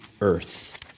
earth